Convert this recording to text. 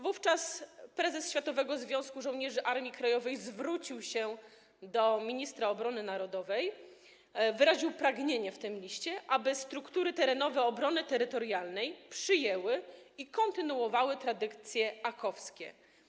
Wówczas prezes Światowego Związku Żołnierzy Armii Krajowej zwrócił się do ministra obrony narodowej, wyraził w tym liście pragnienie, aby struktury terenowe obrony terytorialnej przyjęły i kontynuowały tradycje AK-owskie.